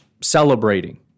celebrating